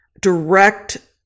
direct